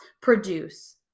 produce